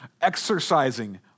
exercising